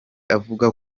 avuga